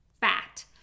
fat